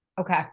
Okay